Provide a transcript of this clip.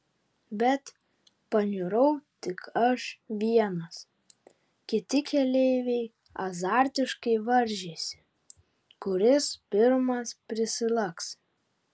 bet paniurau tik aš vienas kiti keleiviai azartiškai varžėsi kuris pirmas prisilaks